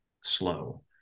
slow